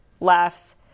laughs